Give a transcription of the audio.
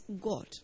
God